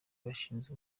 bashize